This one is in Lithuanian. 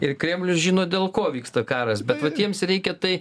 ir kremlius žino dėl ko vyksta karas bet vat jiems reikia tai